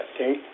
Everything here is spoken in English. okay